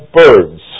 birds